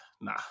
nah